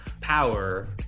power